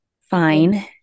fine